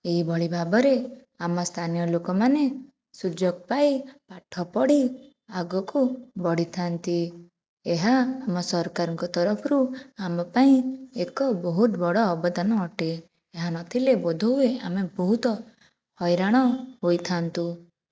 ଏହିଭଳି ଭାବରେ ଆମ ସ୍ଥାନୀୟ ଲୋକମାନେ ସୁଯୋଗ ପାଇ ପାଠ ପଢ଼ି ଆଗକୁ ବଢ଼ିଥାନ୍ତି ଏହା ଆମ ସରକାରଙ୍କ ତରଫରୁ ଆମ ପାଇଁ ଏକ ବହୁତ ବଡ଼ ଅବଦାନ ଅଟେ ଏହା ନଥିଲେ ବୋଧ ହୁଏ ଆମେ ବହୁତ ହଇରାଣ ହୋଇଥାନ୍ତୁ